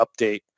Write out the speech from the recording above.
update